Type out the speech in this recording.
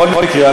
בכל מקרה,